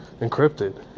encrypted